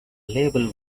label